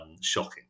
shocking